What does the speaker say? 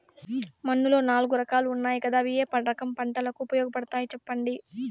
మన్నులో నాలుగు రకాలు ఉన్నాయి కదా అవి ఏ రకం పంటలకు ఉపయోగపడతాయి చెప్పండి?